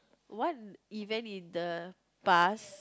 what event in the past